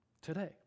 today